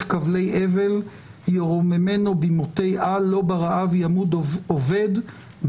כבלי-הבל / ירוממנו במתי-על / לא ברעב ימות עובד /,